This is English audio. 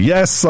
Yes